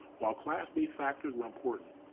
while class-based factors were important,